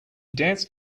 danced